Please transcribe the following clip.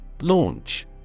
Launch